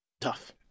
Tough